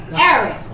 Eric